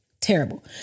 Terrible